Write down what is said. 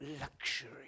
luxury